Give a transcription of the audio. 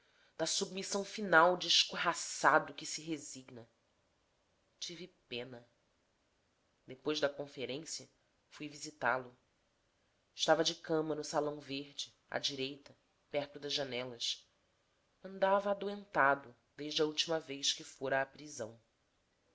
da submissão final de escorraçado que se resigna tive pena depois da conferência fui visitá-lo estava de cama no salão verde à direita perto das janelas andava adoentado desde a última vez que fora à prisão